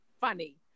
funny